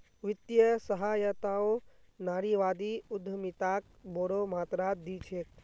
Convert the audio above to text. वित्तीय सहायताओ नारीवादी उद्यमिताक बोरो मात्रात दी छेक